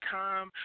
time